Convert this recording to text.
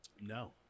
No